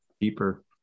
Deeper